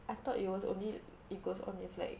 I thought it was only it goes on with like